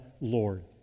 Lord